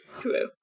True